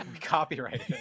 copyright